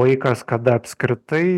laikas kada apskritai